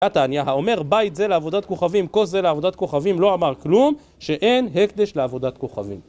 הא תניא, האומר בית זה לעבודת כוכבים, כוס זה לעבודת כוכבים, לא אמר כלום, שאין הקדש לעבודת כוכבים.